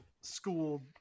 school